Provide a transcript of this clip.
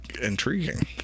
intriguing